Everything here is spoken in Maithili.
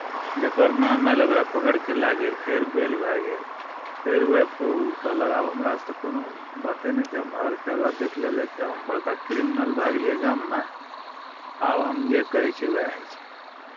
जकर नाम आयल ओकरा पकड़ि कऽ लए गेल फेर बेल भए गेल फेर ओ आबि कऽ ओ कहलक आब हमरासँ कोनो बाते नहि छै हम हर जगह देख लेने छियै हम बड़का क्रिमिनल भए गेलियै गाममे आब हम जे कहै छियै उएह होइ छै